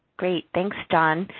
great, thanks john.